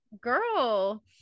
girl